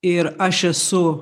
ir aš esu